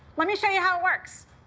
let me show you how it works.